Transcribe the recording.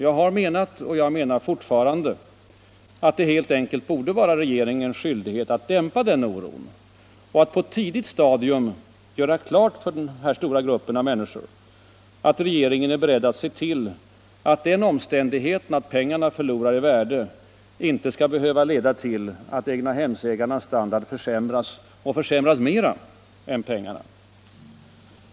Jag har menat och menar fortfarande att det helt enkelt borde vara regeringens skyldighet att dämpa den oron och att på ett tidigt stadium göra klart för den här stora gruppen av människor att regeringen är beredd att se till att den omständigheten att pengarna förlorar i värde inte skall behöva leda till att egnahemsägarnas standard försämras — och försämras mer än penningvärdet.